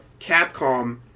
Capcom